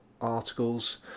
articles